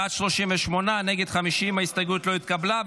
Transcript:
בעד 38, נגד, 50. ההסתייגות לא התקבלה.